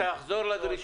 תחזור לדרישות.